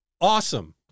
Awesome